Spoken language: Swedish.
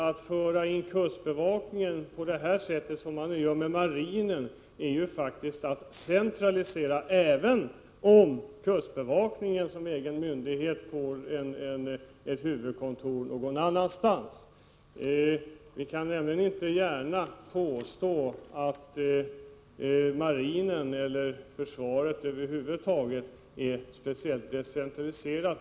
Att samordna kustbevakningen med marinen på det sätt som man nu gör är faktiskt att centralisera verksamheten, även om kustbevakningen som egen myndighet får ha sitt huvudkontor någon annanstans. Vi kan nämligen inte gärna påstå att marinen eller försvaret över huvud taget är speciellt decentraliserade.